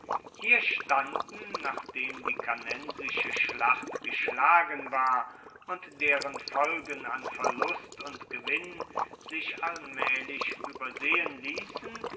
hier standen nachdem die cannensische schlacht geschlagen war und deren folgen an verlust und gewinn sich allmaehlich uebersehen liessen